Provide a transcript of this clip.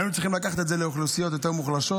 היינו צריכים לקחת את זה לאוכלוסיות יותר מוחלשות.